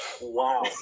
Wow